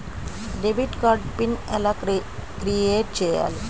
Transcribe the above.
Debit card PIN ఎలా create చెయ్యాలి?